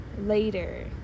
later